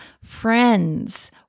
friends